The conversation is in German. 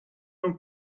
nun